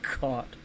god